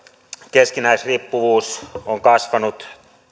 keskinäisriippuvuus on kasvanut